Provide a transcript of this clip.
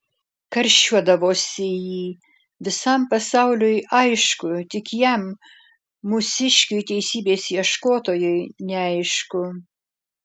karščiuodavosi ji visam pasauliui aišku tik jam mūsiškiui teisybės ieškotojui neaišku